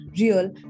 real